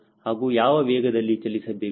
ಹಾಗೂ ಯಾವ ವೇಗದಲ್ಲಿ ಚಲಿಸಬೇಕು